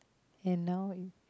and now